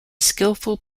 skillful